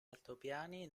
altopiani